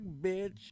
bitch